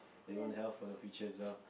for your own health for your future as well